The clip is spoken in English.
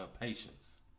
patience